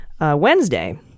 Wednesday